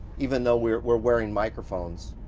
even though we're we're wearing microphones,